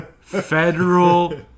federal